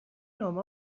نامه